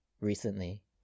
recently